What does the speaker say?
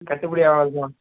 கட்டுப்படி ஆகாது மேம்